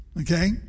okay